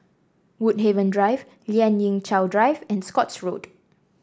Woodhaven Drive Lien Ying Chow Drive and Scotts Road